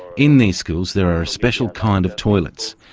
in these schools there are a special kind of toilets,